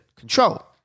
control